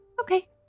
okay